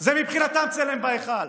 זה מבחינתם צלם בהיכל.